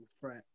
threat